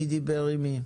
מי דיבר עם מי?